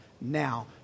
now